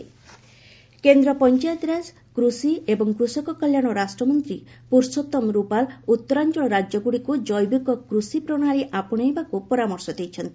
Sikkim organic farming କେନ୍ଦ୍ର ପଞ୍ଚାୟତିରାଜ କୃଷି ଏବଂ କୃଷକ କଲ୍ୟାଣ ରାଷ୍ଟ୍ରମନ୍ତ୍ରୀ ପର୍ଷୋତ୍ତମ ରୁପାଲ ଉଉରାଞ୍ଚଳ ରାଜ୍ୟଗୁଡ଼ିକୁ ଜୈବିକ କୃଷି ପ୍ରଣାଳୀ ଆପଶେଇବାକୁ ପରାମର୍ଶ ଦେଇଛନ୍ତି